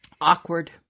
awkward